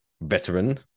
veteran